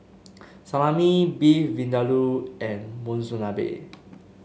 Salami Beef Vindaloo and Monsunabe